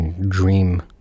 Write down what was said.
Dream